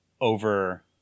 Over